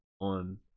on